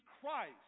Christ